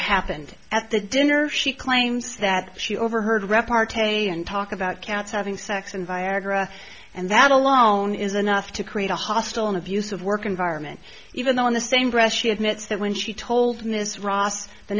happened at the dinner she claims that she overheard rep parte and talk about coutts having sex and by agora and that alone is enough to create a hostile and abusive work environment even though in the same breath she admits that when she told ms ross the